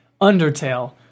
undertale